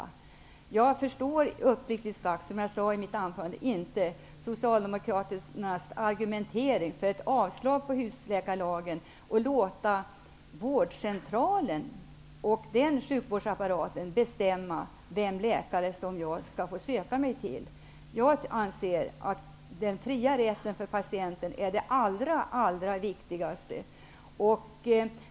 Som jag sade i mitt huvudanförande, förstår jag uppriktigt sagt inte Socialdemokraternas argumentering för ett avslag på husläkarlagen och att de vill låta vårdcentralen och den sjukvårdsapparaten bestämma vilken läkare jag skall få söka mig till. Jag anser att den fria rätten för patienten är det allra allra viktigaste.